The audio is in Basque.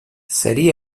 zeri